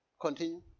Continue